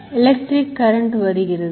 electric current வருகிறது